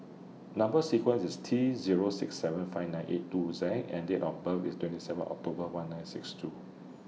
Number sequence IS T Zero six seven five nine eight two Z and Date of birth IS twenty seven October one nine six two